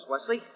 Wesley